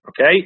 okay